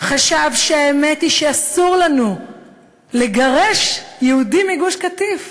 חשב שהאמת היא שאסור לנו לגרש יהודים מגוש-קטיף,